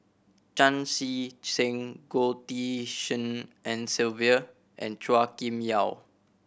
Chan Chee Seng Goh Tshin En Sylvia and Chua Kim Yeow